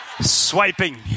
Swiping